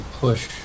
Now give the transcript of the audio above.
push